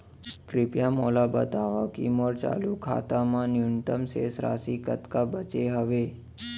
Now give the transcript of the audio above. कृपया मोला बतावव की मोर चालू खाता मा न्यूनतम शेष राशि कतका बाचे हवे